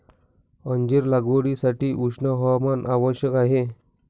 अंजीर लागवडीसाठी उष्ण हवामान आवश्यक आहे